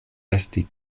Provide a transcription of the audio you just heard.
resti